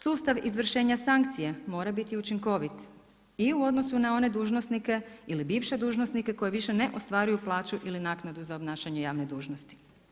Sustav izvršenja sankcije mora biti učinkovit i u odnosu na one dužnosnike ili bivše dužnosnike koji više ne ostvaruju plaću ili naknadu za obnašanje javne dužnosti.